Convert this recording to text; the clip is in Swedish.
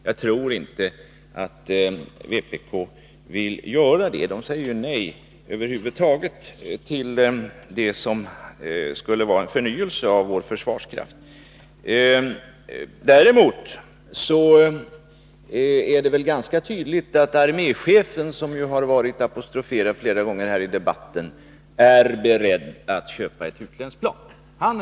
Jag tror dock inte vpk vill göra det. Vpk säger över huvud taget nej till JAS och allt som innebär en förnyelse av vår försvarskraft. Däremot är det väl ganska tydligt att arméchefen, som varit apostroferad flera gånger i debatten, är beredd att köpa utländska plan.